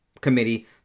Committee